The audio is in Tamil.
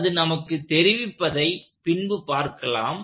அது நமக்கு தெரிவிப்பதை பின்பு பார்க்கலாம்